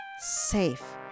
Safe